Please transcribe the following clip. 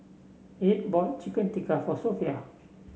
Edd bought Chicken Tikka for Sophia